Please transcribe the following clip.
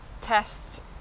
Test